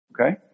Okay